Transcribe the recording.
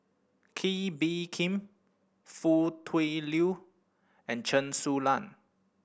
Kee Bee Khim Foo Tui Liew and Chen Su Lan